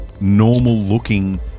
normal-looking